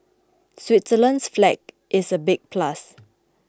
Switzerland's flag is a big plus